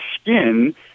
skin